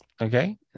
Okay